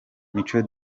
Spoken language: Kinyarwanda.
mico